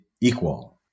equal